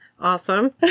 awesome